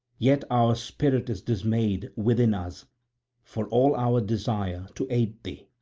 yet our spirit is dismayed within us for all our desire to aid thee,